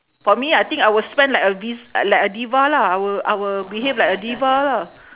for me I think I will spend like a vis~ like a diva lah I will I will behave like a diva lah